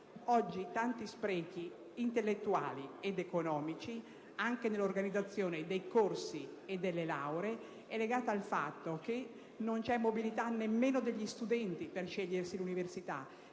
Oggi tanti sprechi intellettuali ed economici, anche nell'organizzazione dei corsi e delle lauree, sono legati al fatto che non c'è mobilità nemmeno degli studenti nello scegliersi l'università.